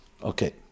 Okay